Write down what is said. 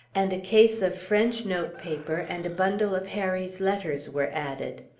and a case of french note-paper, and a bundle of harry's letters were added.